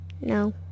No